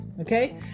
Okay